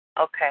Okay